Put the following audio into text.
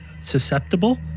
susceptible